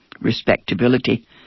respectability